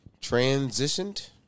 transitioned